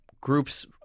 groups